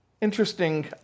Interesting